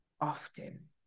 often